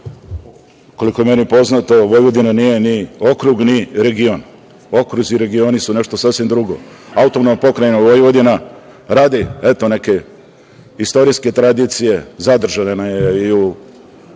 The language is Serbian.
Koliko je meni poznato, Vojvodina nije ni okrug, ni region. Okruzi i regioni su nešto sasvim drugo. Autonomna pokrajina Vojvodina, radi neke istorijske tradicije, zadržana je i u